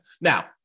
Now